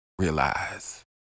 realize